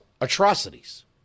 atrocities